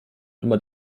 immer